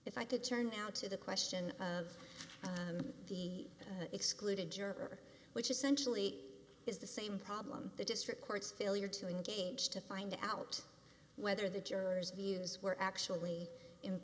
if i could turn out to the question of the excluded juror which essentially is the same problem the district court's failure to engage to find out whether the jurors views were actually in